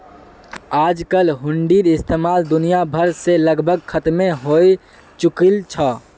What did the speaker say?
आजकल हुंडीर इस्तेमाल दुनिया भर से लगभग खत्मे हय चुकील छ